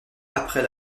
après